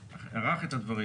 תומר לא שמע את ההערה שלי,